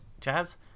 jazz